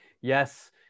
yes